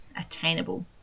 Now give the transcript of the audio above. attainable